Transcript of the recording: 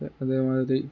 അതേമാതിരി